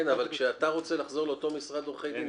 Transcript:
אבל כשאתה רוצה לחזור לאותו משרד עורכי דין,